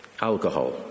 alcohol